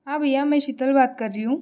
हाँ भइया मैं शीतल बात कर रही हूँ